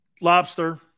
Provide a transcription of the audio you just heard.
Lobster